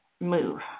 move